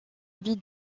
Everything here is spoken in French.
envie